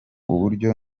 uburyo